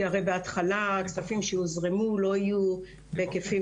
כי הרי בהתחלה הכספים שיוזרמו לא יהיו בהיקפים